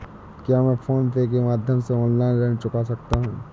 क्या मैं PhonePe के माध्यम से ऑनलाइन ऋण चुका सकता हूँ?